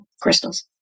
Crystals